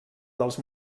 dels